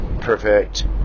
perfect